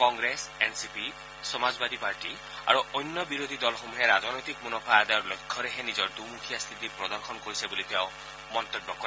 Congress N C P Samajwadi party আৰু অন্য বিৰোধী দলসমূহে ৰাজনৈতিক মুনাফা আদায়ৰ লক্ষ্যৰেহে নিজৰ দুমুখীয়া স্থিতি প্ৰদৰ্শন কৰিছে বুলি তেওঁ মন্তব্য কৰে